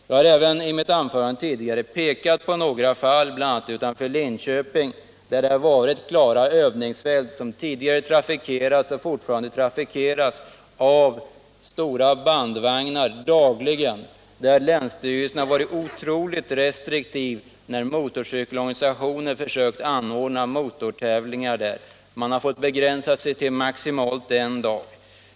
Jag har även i mitt anförande pekat på några fall, bl.a. ett utanför Linköping, där ett avsnitt tidigare klart haft karaktären av övningsfält och förut trafikerats och fortfarande dagligen trafikeras av stora bandvagnar. Länsstyrelsen har där varit oerhört restriktiv när motorcykelorganisationer velat anordna motortävlingar. De har fått begränsa sig till att köra maximalt en dag.